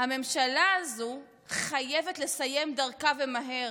הממשלה הזו חייבת לסיים דרכה ומהר,